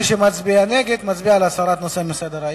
מי שמצביע נגד, מצביע בעד הסרת הנושא מסדר-היום.